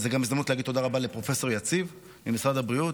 זאת גם ההזדמנות לומר תודה רבה לפרופ' יציב ממשרד הבריאות,